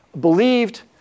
believed